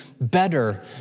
better